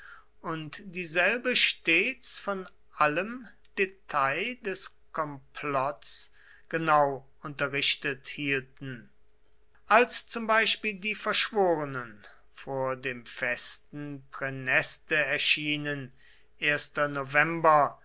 und dieselbe stets von allem detail des kornplatts genau unterrichtet hielten als zum beispiel die verschworenen vor dem festen praeneste erschienen